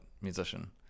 musician